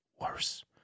worse